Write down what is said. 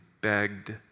begged